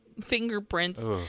fingerprints